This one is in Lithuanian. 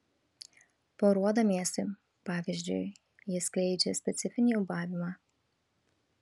poruodamiesi pavyzdžiui jie skleidžia specifinį ūbavimą